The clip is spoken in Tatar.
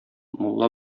мулла